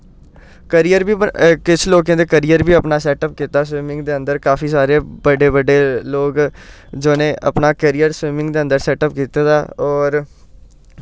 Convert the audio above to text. career बी किश लोकें ते करियर बी अपना सेटअप कीता स्विमिंग दे अंदर काफी सारे बड्डे बड्डे लोग जिनें अपना करियर स्विमिंग दै अंदर सेटअप कीते दा होर